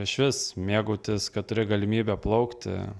išvis mėgautis kad turi galimybę plaukti